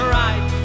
right